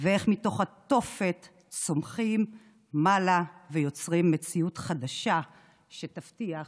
ואיך מתוך התופת צומחים מעלה ויוצרים מציאות חדשה שתבטיח